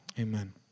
Amen